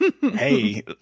Hey